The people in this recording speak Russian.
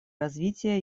развития